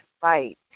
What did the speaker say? fight